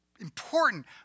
important